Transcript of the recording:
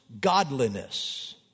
godliness